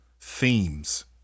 themes